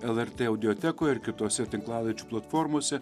lrt audiotekoje ir kitose tinklalaidžių platformose